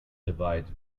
divides